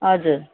हजुर